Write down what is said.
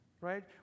right